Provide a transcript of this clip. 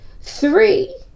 Three